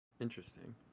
Interesting